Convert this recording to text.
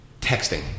Texting